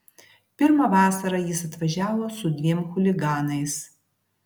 pirmą vasarą jis atvažiavo su dviem chuliganais